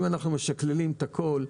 אם אנחנו משקללים את הכול,